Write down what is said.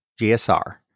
GSR